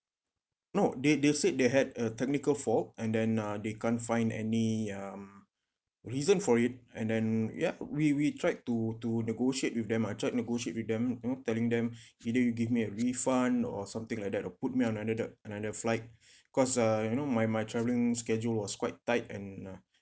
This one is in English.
no they they'll say they had a technical fault and then uh they can't find any um reason for it and then ya we we tried to to negotiate with them I tried negotiate with them you know telling them either you give me a refund or something like that or put me on another another flight cause uh you know my my travelling schedule was quite tight and uh